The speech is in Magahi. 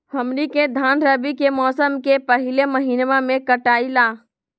हमनी के धान रवि के मौसम के पहले महिनवा में कटाई ला